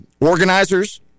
organizers